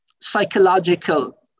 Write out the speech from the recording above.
psychological